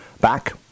back